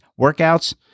workouts